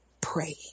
praying